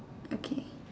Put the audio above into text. okay